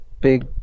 big